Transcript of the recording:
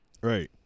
Right